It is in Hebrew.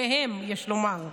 שניהם, יש לומר.